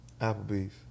Applebee's